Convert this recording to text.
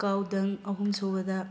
ꯀꯥꯎ ꯗꯪ ꯑꯍꯨꯝꯁꯨꯕꯗ